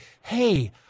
hey